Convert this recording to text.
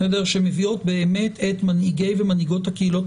שמביאות באמת את מנהיגי ומנהיגות הקהילות